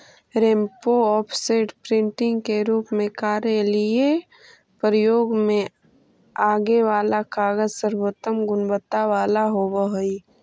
repro, offset, printing के रूप में कार्यालयीय प्रयोग में आगे वाला कागज सर्वोत्तम गुणवत्ता वाला होवऽ हई